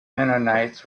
mennonites